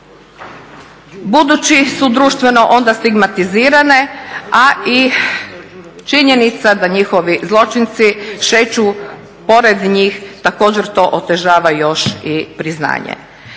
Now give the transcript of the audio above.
budući su društvene onda stigmatizirane, a i činjenica da njihovi zločinci šeću pored njih također to otežava još i priznanje.